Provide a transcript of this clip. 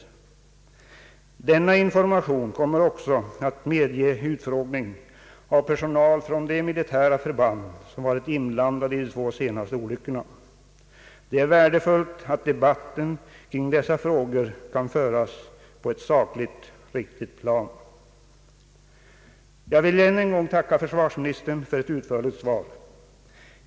Vid denna information kommer också att medges utfrågning av personal från de militära förband som varit inblandade i de två senaste olyckorna. Det är värdefullt att debatten kring dessa frågor kan föras på ett sakligt riktigt plan. Än en gång vill jag tacka försvarsministern för ett utförligt svar.